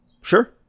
Sure